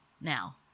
now